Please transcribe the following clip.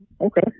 Okay